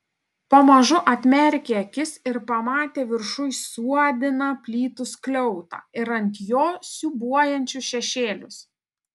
pamažu atmerkė akis ir pamatė viršuj suodiną plytų skliautą ir ant jo siūbuojančius šešėlius